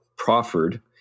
proffered